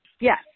yes